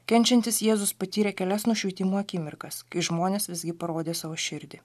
kenčiantis jėzus patyrė kelias nušvitimo akimirkas kai žmonės visgi parodė savo širdį